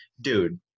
dude –